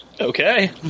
Okay